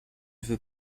veux